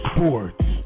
Sports